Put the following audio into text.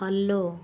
follow